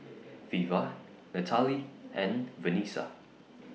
Veva Natalee and Vanessa